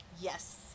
Yes